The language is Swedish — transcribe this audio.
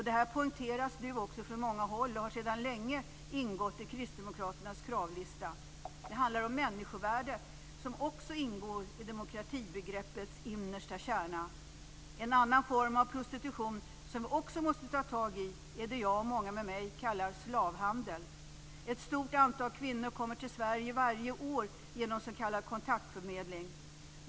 Det här poängteras nu från många håll, och det har sedan länge ingått i kristdemokraternas kravlista. Det handlar om människovärde, som också ingår i demokratibegreppets innersta kärna. En annan form av prostitution som vi också måste ta tag i är det som jag och många med mig kallar slavhandel. Ett stort antal kvinnor kommer till Sverige varje år genom s.k. kontaktförmedling.